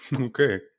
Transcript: okay